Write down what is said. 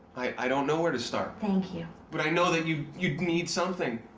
i don't know where to start. thank you. but i know that you you need something.